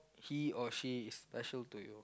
he or she is special to you